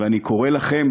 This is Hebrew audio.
ואני קורא לכם,